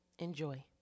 enjoy